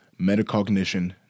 metacognition